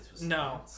No